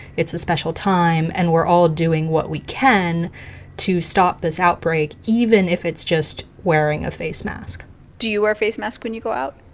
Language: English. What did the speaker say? it's a special time, and we're all doing what we can to stop this outbreak, even if it's just wearing a face mask do you wear face mask when you go out?